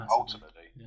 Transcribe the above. ultimately